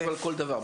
וכו'.